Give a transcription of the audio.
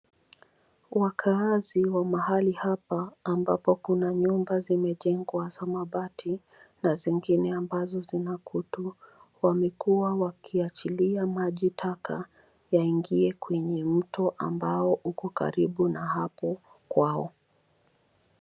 Wakaazi wa mahali hapa ambapo kuna nyumba zimejengwa za mabati na zingine ambazo zina kutu. Wamekuwa wakiachilia maji taka yaingie kwenye mto ambao uko karibu na hapo kwao.